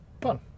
Fun